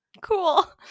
cool